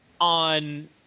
on